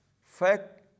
fact